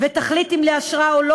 ותחליט אם לאשרה או לא,